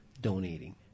donating